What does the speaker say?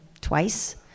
twice